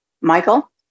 Michael